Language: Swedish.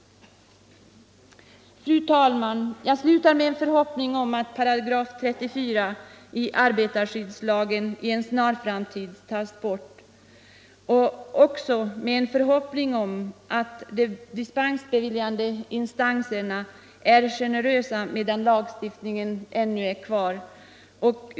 Fru talman! Jag slutar med en förhoppning om att 34 § i arbetarskyddslagen i en snar framtid tas bort och även med en förhoppning om att de dispensbeviljande instanserna är generösa medan denna paragraf ännu är kvar.